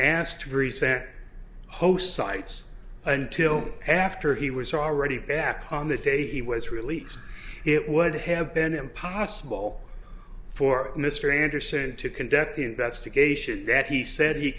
asked to present host sites until after he was already back on the day he was released it would have been impossible for mr anderson to conduct the investigation that he said he